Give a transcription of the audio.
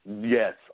Yes